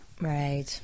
Right